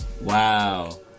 Wow